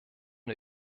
der